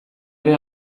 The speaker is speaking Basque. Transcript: ere